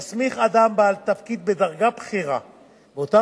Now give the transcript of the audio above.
יסמיך אדם בעל תפקיד בדרגה בכירה באותה